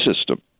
system